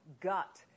gut